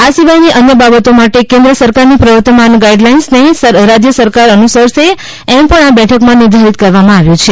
આ સિવાયની અન્ય બાબતો માટે કેન્દ્ર સરકાર ની પ્રવર્તમાન ગાઈડ લાઇન્સને રાજ્ય સરકાર અનુસરશે એમ પણ આ બેઠક માં નિર્ધારિત કરવામાં આવ્યું છે